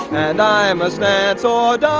and i am. that's all